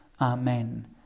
Amen